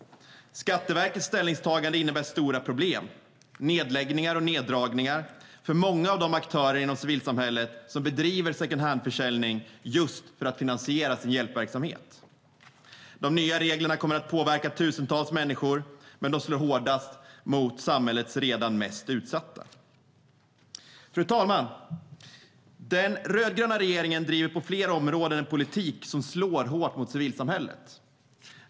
Skatteverkets ställningstagande innebär stora problem - nedläggningar och neddragningar - för många av de aktörer inom civilsamhället som bedriver second hand-försäljning just för att finansiera sin hjälpverksamhet. De nya reglerna kommer att påverka tusentals människor, men de slår hårdast mot samhällets redan mest utsatta. Fru talman! Den rödgröna regeringen driver på flera områden en politik som slår hårt mot civilsamhället.